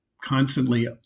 constantly